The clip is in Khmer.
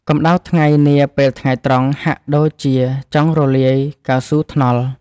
កម្ដៅថ្ងៃនាពេលថ្ងៃត្រង់ហាក់ដូចជាចង់រលាយកៅស៊ូថ្នល់។